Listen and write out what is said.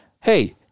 Hey